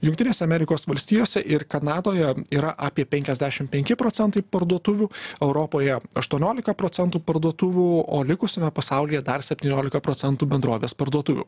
jungtinėse amerikos valstijose ir kanadoje yra apie penkiasdešim penki procentai parduotuvių europoje aštuoniolika procentų parduotuvių o likusiame pasaulyje dar septyniolika procentų bendrovės parduotuvių